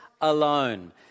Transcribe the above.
alone